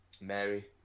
Mary